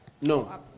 no